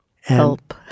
Help